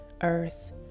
earth